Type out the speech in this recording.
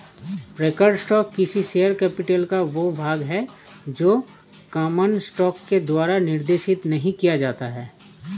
preferred stock किसी share capital का वह भाग है जो कॉमन स्टॉक के द्वारा निर्देशित नहीं किया जाता है